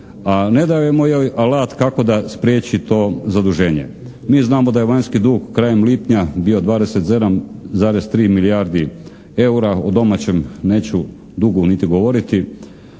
ne dajemo joj alat kako da spriječi to zaduženje. Mi znamo da je vanjski dug krajem lipnja bio 27,3 milijardi eura, o domaćem neću dugu niti govoriti.